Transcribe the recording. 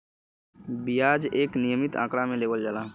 बियाज एक नियमित आंकड़ा मे लेवल जाला